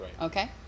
okay